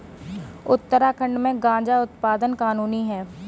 उत्तराखंड में गांजा उत्पादन कानूनी है